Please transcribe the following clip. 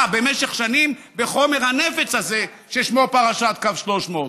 במשך שנים בחומר הנפץ הזה ששמו פרשת קו 300,